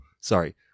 sorry